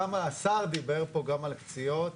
גם השר דיבר פה על קציעות,